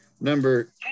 Number